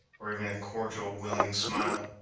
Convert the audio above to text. or even a cordial willing smile,